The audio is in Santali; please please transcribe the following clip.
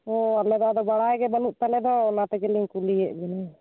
ᱟᱞᱮᱫᱚ ᱟᱫᱚ ᱵᱟᱲᱟᱭ ᱜᱮ ᱵᱟᱹᱱᱩᱜ ᱛᱟᱞᱮ ᱫᱚ ᱚᱱᱟ ᱛᱮᱜᱮ ᱞᱤᱧ ᱠᱩᱞᱤᱭᱮᱫ ᱵᱮᱱᱟ